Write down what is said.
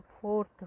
fourth